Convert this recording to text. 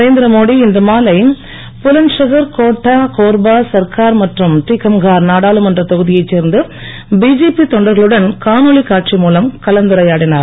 நரேந்திரமோடி இன்று மாலை புலந்த்ஷகர் கோட்டா கோர்பா சர்க்கார் மற்றும் மகம்கார் நாடாளுமன்ற தொகுதியைச் சேர்ந்த பிஜேபி தொண்டர்களுடன் காணொளி காட்சி மூலம் கலந்துரையாடுகிறார்